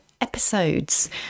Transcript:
episodes